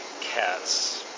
cats